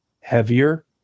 heavier